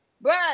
bro